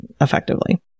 effectively